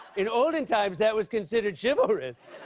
in olden times that was considered chivalrous.